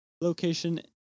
location